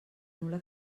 nul·la